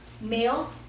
male